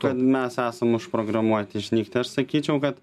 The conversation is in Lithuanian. kad mes esam užprogramuoti išnykti aš sakyčiau kad